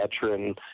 veteran